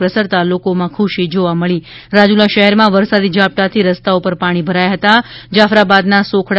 પ્રસરતા લોકોમાં ખુશી જોવા મળી રહી છે રાજુલા શહેરમાં વરસાદી ઝાપટાથી રસ્તાઓ પર પાણી ભરાયા હતાં જાફરાબાદના સોખડા